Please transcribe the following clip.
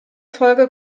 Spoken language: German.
folge